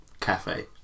Cafe